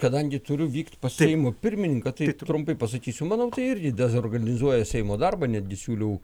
kadangi turiu vykt pas seimo pirmininką tai trumpai pasakysiu manau tai irgi dezorganizuoja seimo darbą netgi siūliau